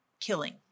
killing